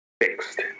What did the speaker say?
fixed